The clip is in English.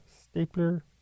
stapler